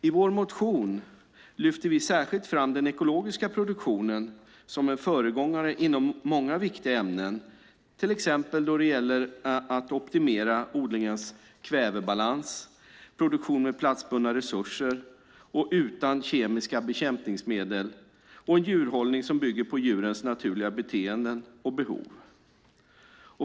I vår motion lyfter vi särskilt fram den ekologiska produktionen som är en föregångare inom många viktiga ämnen, till exempel då det gäller att optimera odlingens kvävebalans, produktion med platsbundna resurser och utan kemiska bekämpningsmedel och en djurhållning som bygger på djurens naturliga beteenden och behov.